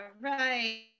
right